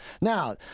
Now